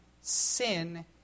sin